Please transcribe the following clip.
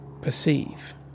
perceive